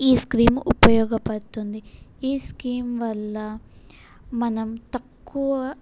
ఈ స్కీమ్ ఉపయోగపడుతుంది ఈ స్కీమ్ వల్ల మనం తక్కువ